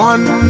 One